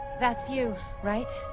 that's you. right?